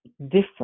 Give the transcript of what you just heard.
different